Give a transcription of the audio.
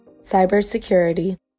cybersecurity